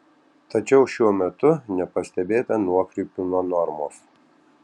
tačiau šiuo metu nepastebėta nuokrypių nuo normos